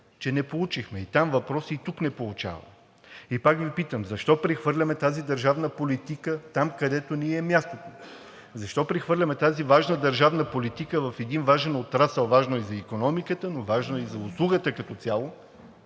че не получихме и там, и тук не получаваме. Пак Ви питам: защо прехвърляме тази държавна политика там, където не ѝ е мястото? Защо прехвърляме тази важна държавна политика в един важен отрасъл, важно за икономиката, но важно и за услугата като цяло,